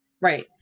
Right